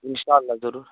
انشاء اللہ ضرور